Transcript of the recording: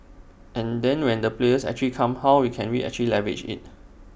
and then when the players actually come how we can we actually leverage IT